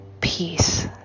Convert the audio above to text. peace